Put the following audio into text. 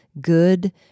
Good